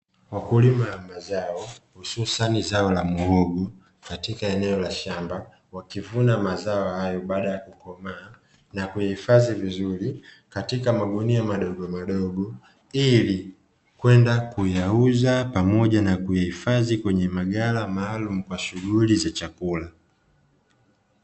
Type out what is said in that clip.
Wakulima wa mazao hususan zao la muogo katika eneo la shamba. Wakivuna mazao hayo baada ya kukomaa, na kuyahifadhi vizuri katika magunia madogomadogo, ili kwenda kuyauza pamoja na kuyahifadhi kwenye maghala maalumu kwa shughuli za chakula.